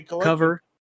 Cover